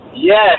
Yes